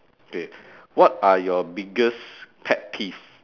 okay what are your biggest pet peeves